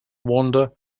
wander